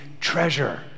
treasure